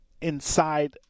inside